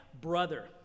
brother